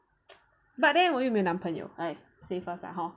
but then 我又没男朋友 say first lah hor